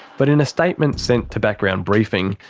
but in a statement sent to background briefing,